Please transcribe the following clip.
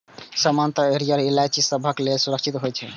सामान्यतः हरियर इलायची सबहक लेल सुरक्षित होइ छै